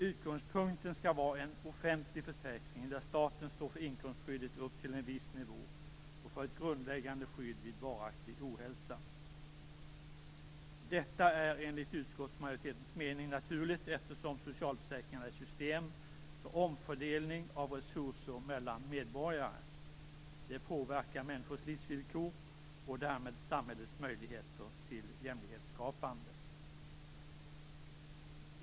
Utgångspunkten skall vara en offentlig försäkring där staten står för inkomstskyddet upp till en viss nivå och för ett grundläggande skydd vid varaktig ohälsa. Detta är enligt utskottsmajoritetens mening naturligt, eftersom socialförsäkringarna är ett system för omfördelning av resurser mellan medborgare. Det påverkar människors livsvillkor och därmed samhällets möjligheter till jämlikhetsskapande.